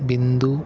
Bindu